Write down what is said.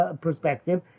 perspective